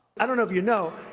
i don't know if you know,